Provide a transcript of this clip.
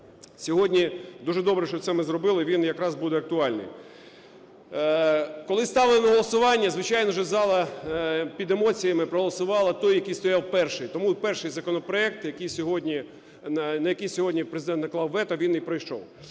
Сьогодні дуже добре, що це ми зробили, він якраз буде актуальний. Коли ставили на голосування, звичайно, що зала під емоціями проголосувала той, який стояв перший. Тому перший законопроект, на який сьогодні Президент наклав вето, він і пройшов.